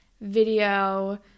video